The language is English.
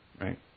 Right